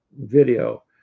video